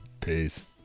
Peace